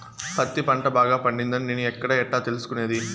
పత్తి పంట బాగా పండిందని నేను ఎక్కడ, ఎట్లా తెలుసుకునేది?